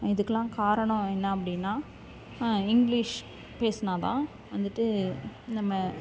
இதுக்கெல்லாம் காரணம் என்ன அப்படின்னா இங்கிலிஷ் பேசினாதான் வந்துட்டு நம்ம